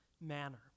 manner